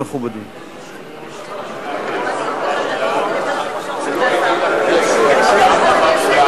ראש הממשלה בנאום בר-אילן, זה לא היה,